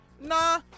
nah